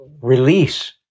release